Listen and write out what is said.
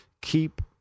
keep